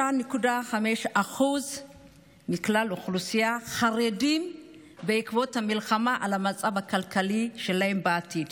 45.5% מכלל האוכלוסייה חרדים בעקבות המלחמה למצב הכלכלי שלהם בעתיד,